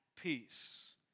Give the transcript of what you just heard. peace